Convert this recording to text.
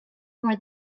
more